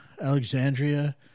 Alexandria